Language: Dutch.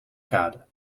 kade